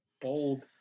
bold